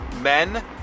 men